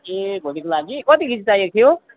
ए भोलिको लागि कति केजी चाहिएको थियो